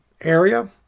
area